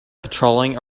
patrolling